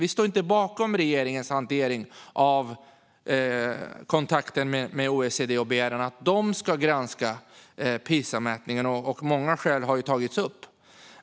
Vi står inte bakom regeringens hantering av kontakten med OECD och begäran att de ska granska PISA-mätningen. Många skäl har tagits upp.